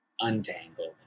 untangled